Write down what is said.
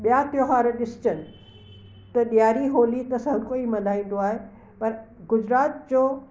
ॿिया त्योहार ॾिसजनि त ॾियारी होली त हर कोई मल्हाईंदो आहे पर गुजरात जो